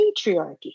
patriarchy